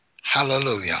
Hallelujah